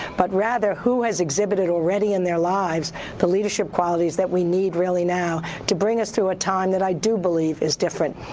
but rather who has exhibited already in their lives the leadership qualities that we need really now to bring us through a time that i do believe is different.